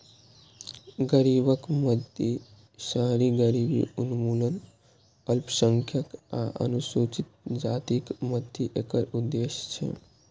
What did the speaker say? गरीबक मदति, शहरी गरीबी उन्मूलन, अल्पसंख्यक आ अनुसूचित जातिक मदति एकर उद्देश्य छै